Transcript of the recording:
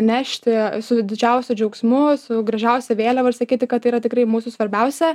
nešti su didžiausiu džiaugsmu su gražiausia vėliava ir sakyti kad tai yra tikrai mūsų svarbiausia